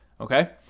Okay